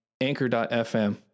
Anchor.fm